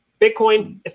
Bitcoin